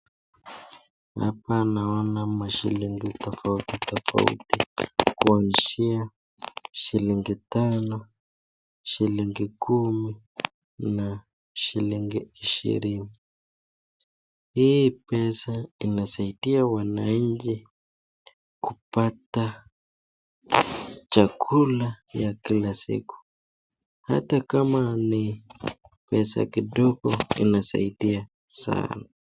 Hapa naona mashilingi tafauti tafauti kuanzia shilingi tano, shilingi kumi na shilingi ishirini, hii pesa inasaidia wananchi kupata chakula ya Kila siku ata kama ni pesa kidogo inasaidia sana.